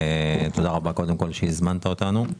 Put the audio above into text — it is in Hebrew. תודה רבה שהזמנת אותנו.